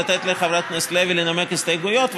לתת לחברת הכנסת לוי לנמק הסתייגויות,